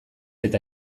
eta